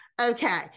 Okay